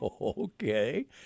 Okay